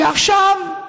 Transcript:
ועכשיו,